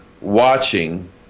watching